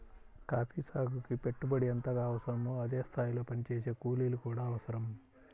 coffee సాగుకి పెట్టుబడి ఎంతగా అవసరమో అదే స్థాయిలో పనిచేసే కూలీలు కూడా అవసరం